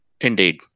Indeed